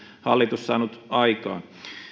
hallitus saanut aikaan